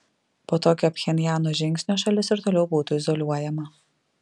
po tokio pchenjano žingsnio šalis ir toliau būtų izoliuojama